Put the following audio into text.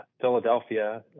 Philadelphia